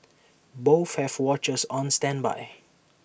both have watchers on standby